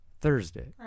Thursday